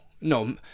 no